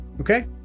okay